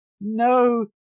no